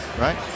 right